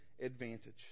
advantage